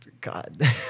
God